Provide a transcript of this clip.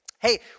Hey